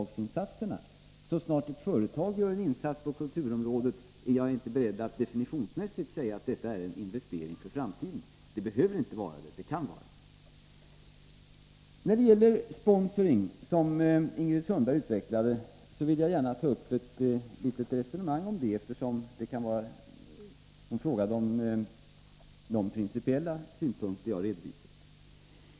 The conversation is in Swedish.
Jag är inte beredd att varje gång ett företag gör en insats på kulturområdet definitionsmässigt säga att det är en investering för framtiden. Det behöver inte vara så, men det kan vara så. Sponsring — som Ingrid Sundberg talade om -— vill jag gärna ta upp ett litet resonemang om. Hon frågade om de principiella synpunkter som jag redovisade.